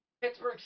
Pittsburgh